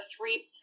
three